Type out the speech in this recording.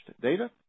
data